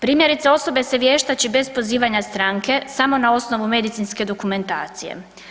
Primjerice osobe se vještači bez pozivanja stranke, samo na osnovu medicinske dokumentacije.